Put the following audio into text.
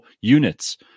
units